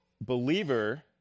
believer